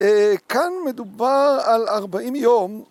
‫כאן מדובר על 40 יום.